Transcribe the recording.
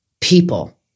people